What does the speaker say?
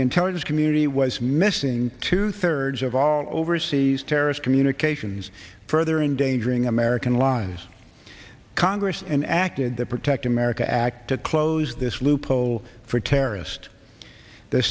the intelligence community was missing two thirds of all overseas terrorist communications further endangering american lives congress enacted the protect america act to close this loophole for terrorist the